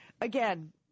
Again